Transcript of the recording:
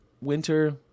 Winter